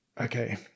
Okay